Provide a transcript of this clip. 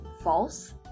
false